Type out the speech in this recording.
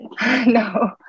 no